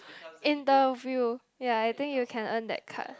interview ya I think you can earn that card